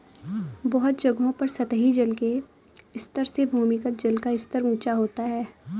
बहुत जगहों पर सतही जल के स्तर से भूमिगत जल का स्तर ऊँचा होता है